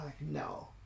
No